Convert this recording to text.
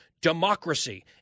democracy